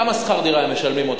כמה שכר דירה הם משלמים,